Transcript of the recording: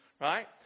right